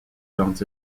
dans